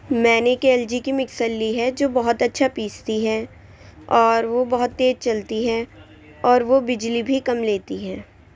میں نے ایک ایل جی کی مکسر لی ہے جو بہت اچھا پیستی ہے اور وہ بہت تیز چلتی ہے اور وہ بجلی بھی کم لیتی ہے